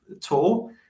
tool